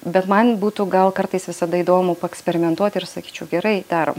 bet man būtų gal kartais visada įdomu paeksperimentuoti ir sakyčiau gerai darom